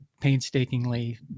painstakingly